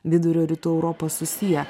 vidurio rytų europos susiję